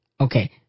Okay